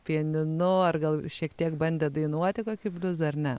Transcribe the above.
pianinu ar gal šiek tiek bandėt dainuoti kokį bliuzą ar ne